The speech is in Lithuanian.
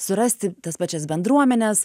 surasti tas pačias bendruomenes